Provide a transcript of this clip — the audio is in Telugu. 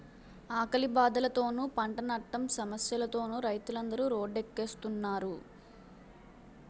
ఆకలి బాధలతోనూ, పంటనట్టం సమస్యలతోనూ రైతులందరు రోడ్డెక్కుస్తున్నారు